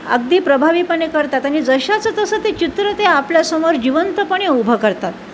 अगदी प्रभावीपणे करतात आणि जशाचं तसं ते चित्र ते आपल्यासमोर जिवंतपणे उभं करतात